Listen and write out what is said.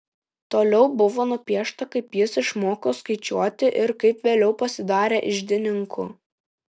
toliau buvo nupiešta kaip jis išmoko skaičiuoti ir kaip vėliau pasidarė iždininku